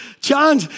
John